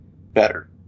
better